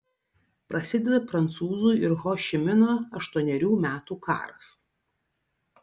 prasideda prancūzų ir ho ši mino aštuonerių metų karas